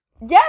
Yes